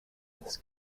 this